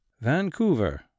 vancouver